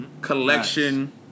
collection